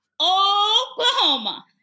Oklahoma